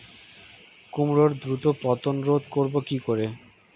কুমড়োর দ্রুত পতন রোধ করব কি করে?